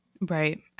Right